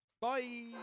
Bye